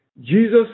Jesus